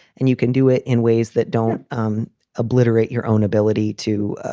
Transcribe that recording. and you can do it in ways that don't um obliterate your own ability to,